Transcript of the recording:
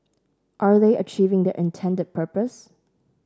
are they achieving their intended purpose